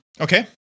Okay